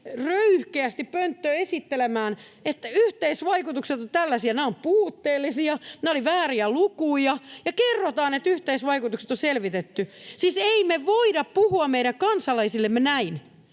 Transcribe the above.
röyhkeästi pönttöön esittelemään, että yhteisvaikutukset ovat tällaisia. Nämä olivat puutteellisia, nämä olivat vääriä lukuja, ja kerrotaan, että yhteisvaikutukset on selvitetty. Siis ei me voida puhua meidän kansalaisillemme näin,